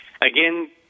again